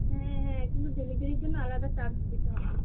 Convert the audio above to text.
হ্যাঁ হ্যাঁ কিন্তু ডেলিভারির জন্য আলাদা চার্জ দিতে হবে